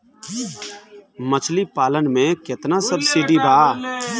मछली पालन मे केतना सबसिडी बा?